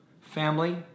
family